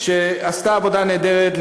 שעשתה עבודה נהדרת,